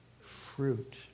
fruit